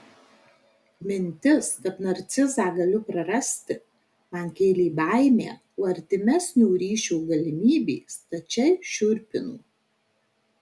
mintis kad narcizą galiu prarasti man kėlė baimę o artimesnio ryšio galimybė stačiai šiurpino